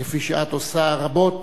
כפי שאת עושה רבות